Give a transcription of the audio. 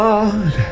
God